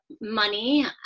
money